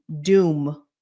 doom